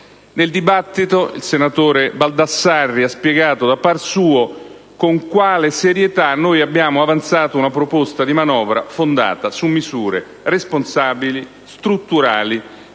Nel dibattito il senatore Baldassarri ha spiegato, da par suo, con quale serietà noi abbiamo avanzato una proposta di manovra fondata su misure responsabili, strutturali,